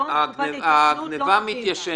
הגניבה מתיישנת.